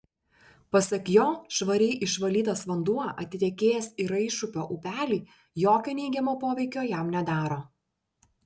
pasak jo švariai išvalytas vanduo atitekėjęs į raišupio upelį jokio neigiamo poveikio jam nedaro